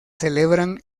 celebran